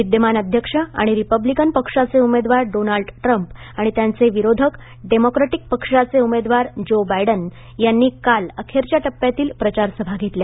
विद्यमान अध्यक्ष आणि रिपब्लिकन पक्षाचे उमेदवार डोनाल्ड ट्रम्प आणि त्यांचे विरोधक डेमोक्रॅटिक पक्षाचे उमेदवार ज्यो बायडन यांनी काल अखेरच्या टप्प्यातील प्रचारसभा घेतल्या